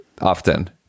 often